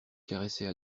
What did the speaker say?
caressait